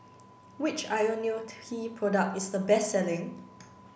which Ionil T product is the best selling